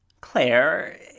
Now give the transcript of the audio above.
claire